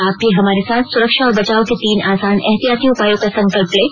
आप भी हमारे साथ सुरक्षा और बचाव के तीन आसान एहतियाती उपायों का संकल्प लें